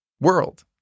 world